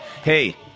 Hey